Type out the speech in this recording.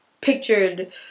pictured